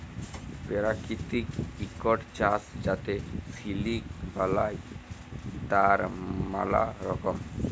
পেরাকিতিক ইকট চাস যাতে সিলিক বালাই, তার ম্যালা রকম